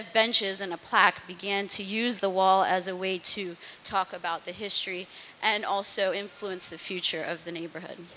of benches and a plaque began to use the wall as a way to talk about the history and also influence the future of the neighborhood